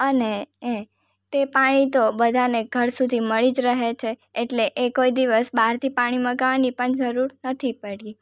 અને એ તે પાણી તો બધાને ઘર સુધી મળી જ રહે છે એટલે એ કોઈ દિવસ બહારથી પાણી મગાવવાની પણ જરૂર નથી પડી